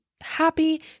happy